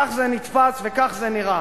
כך זה נתפס וכך זה נראה.